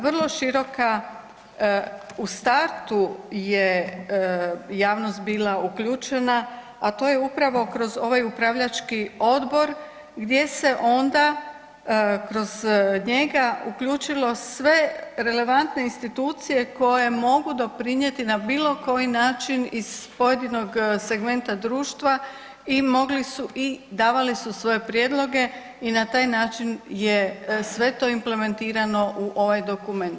Vrlo široka u startu je javnost bila uključena, a to je upravo kroz ovaj upravljački odbor gdje se onda kroz njega uključilo sve relevantne institucije koje mogu doprinijeti na bilo koji način iz pojedinog segmenta društva i mogli su i davali su svoje prijedloge i na taj način je sve to implementirano u ovaj dokument.